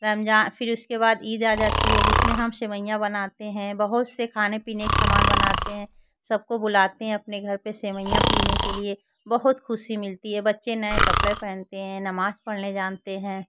रमज़ान फिर उसके बाद ईद आ जाती है जिसमें हम सेवइयाँ बनाते हैं बहुत से खाने पीने के सामान बनाते हैं सबको बुलाते हैं अपने घर पर सेवइयाँ पीने के लिए बहुत ख़ुशी मिलती है बच्चे नए कपड़े पहनते हैं नमाज़ पढ़ने जानते हैं